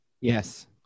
Yes